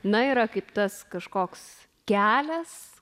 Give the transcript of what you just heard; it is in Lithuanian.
na yra kaip tas kažkoks kelias